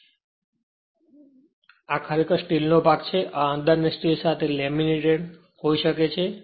તેથી આ ખરેખર સ્ટીલનો ભાગ છે અને તેની અંદર સ્ટીલ સાથે લેમિનેટેડ હોઈ શકે છે